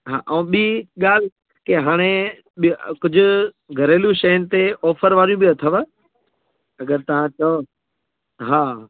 हा ऐं ॿी ॻाल्हि की हाणे ॿिए कुझु घरेलू शयुनि ते ऑफर वारियूं बि अथव अगरि तव्हां चओ हा